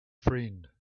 friend